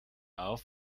auf